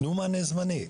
תנו מענה זמני,